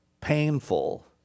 painful